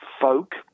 folk